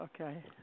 Okay